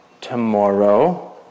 tomorrow